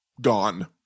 gone